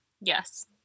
Yes